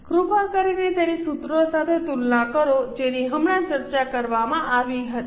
કૃપા કરીને તેની સૂત્રો સાથે તુલના કરો જેની હમણાં ચર્ચા કરવામાં આવી હતી